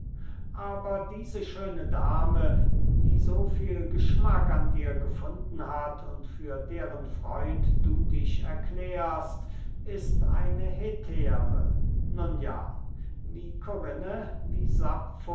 aber diese schöne dame die so viel geschmack an dir gefunden hat und für deren freund du dich erklärst ist eine hetäre nun ja wie korinne wie